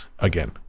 Again